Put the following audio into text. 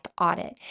audit